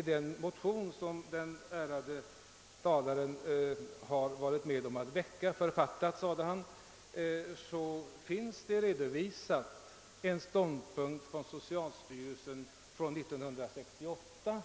I den motion som den ärade förste vice talmannen varit med om att väcka — författa, sade han — redovisas en ståndpunkt som intogs av socialstyrelsen år 1968 och